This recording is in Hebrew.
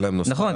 נכון.